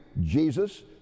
Jesus